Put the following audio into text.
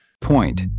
Point